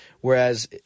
Whereas